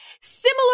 Similar